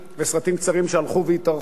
וסרטים קצרים שהלכו והתארכו,